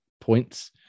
points